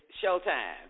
showtime